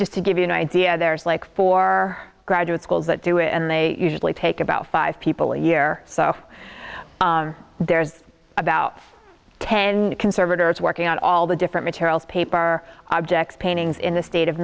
just to give you an idea there's like four graduate schools that do it and they usually take about five people a year so there's about ten conservators working on all the different materials paper objects paintings in the state of